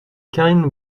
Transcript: karine